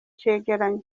cegeranyo